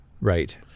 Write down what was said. Right